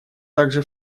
также